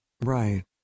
Right